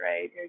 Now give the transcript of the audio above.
right